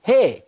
Hey